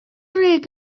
rig